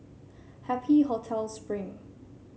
Happy Hotel Spring